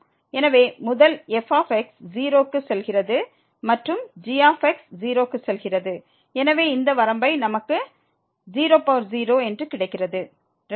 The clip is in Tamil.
எனவே முதல் f 0 க்கு செல்கிறது மற்றும் gx 0 க்கு செல்கிறது எனவே இந்த வரம்பு நமக்கு இங்கே 00 என்று கிடைக்கிறது